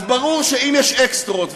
אז ברור שאם יש אקסטרות,